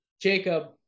Jacob